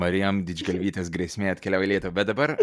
marijam didžgalvytės grėsmė atkeliauja į lietuvą bet dabar